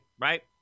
right